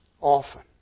often